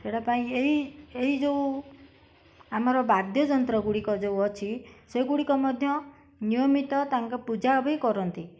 ସେଇଟା ପାଇଁ ଏଇ ଏଇ ଯେଉଁ ଆମର ବାଦ୍ୟଯନ୍ତ୍ର ଗୁଡ଼ିକ ଯେଉଁ ଅଛି ସେଗୁଡ଼ିକ ମଧ୍ୟ ନିୟମିତ ତାଙ୍କ ପୂଜା ବି କରନ୍ତି